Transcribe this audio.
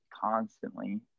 constantly